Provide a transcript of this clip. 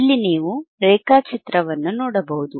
ಇಲ್ಲಿ ನೀವು ರೇಖಾಚಿತ್ರವನ್ನು ನೋಡಬಹುದು